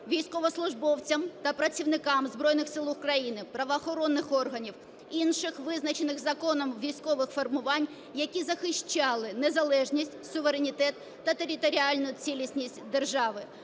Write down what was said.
військовослужбовцям та працівникам Збройних Сил України, правоохоронних органів, інших, визначених законом, військових формувань, які захищали незалежність, суверенітет та територіальну цілісність держави;